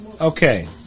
Okay